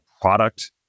product